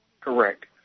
Correct